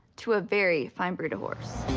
to a very fine breed of horse.